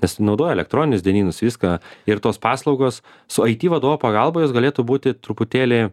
nes naudoja elektroninius dienynus viską ir tos paslaugos su aiti vadovo pagalba jos galėtų būti truputėlį